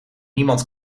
niemand